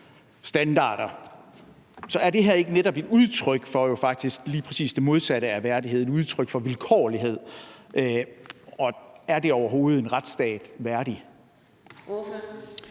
Så er det her ikke netop et udtryk for faktisk lige præcis det modsatte af værdighed, altså et udtryk for vilkårlighed? Og er det overhovedet en retsstat værdig?